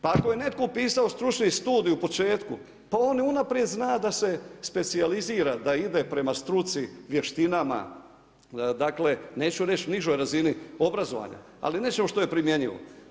Pa ako je netko upisao stručni studij u početku pa on unaprijed zna da se specijalizira da ide prema struci, vještinama, neću reći nižoj razini obrazovanja, ali nečemu što je primjenjivo.